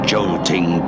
Jolting